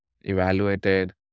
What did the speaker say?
evaluated